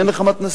אין לך מתנ"סים,